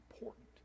important